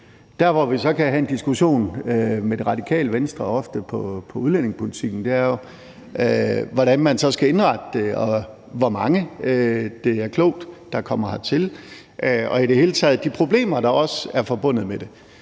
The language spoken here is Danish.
Der, hvor vi så ofte kan have en diskussion med Radikale Venstre om udlændingepolitikken, er jo, hvordan man så skal indrette det, og hvor mange det er klogt kommer hertil – og i det hele taget de problemer, der også er forbundet med det.